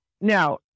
now